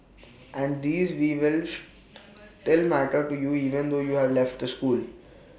and these we'll wish that matter to you even though you have left the school